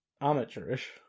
amateurish